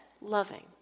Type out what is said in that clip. loving